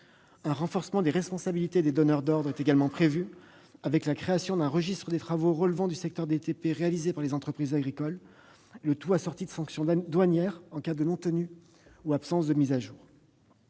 Un renforcement des responsabilités des donneurs d'ordre est également prévu avec la création d'un registre des travaux relevant du secteur des travaux publics réalisés par les entreprises agricoles, assortie de sanctions douanières en cas de non-tenue du registre ou d'absence de mise à jour.